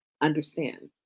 understand